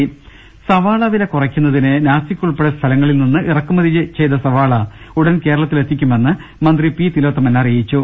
പദരശ്ശിക്കു സവാള വില കുറയ്ക്കുന്നതിന് നാസിക്ക് ഉൾപ്പടെ സ്ഥലങ്ങളിൽ നി ന്നും ഇറക്കുമതി ചെയ്ത സവാള ഉടൻ കേരളത്തിലെത്തിക്കുമെന്ന് മന്ത്രി പി തിലോത്തമൻ പറഞ്ഞു